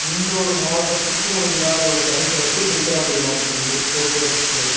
எந்தவொரு மாவட்டத்துக்கும் இல்லாத ஒரு தனி சிறப்பு திருச்சிராப்பள்ளி மாவட்டத்துக்கு உண்டு போக்குவரத்து துறையில்